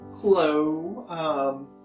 Hello